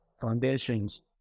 foundations